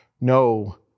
no